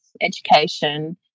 education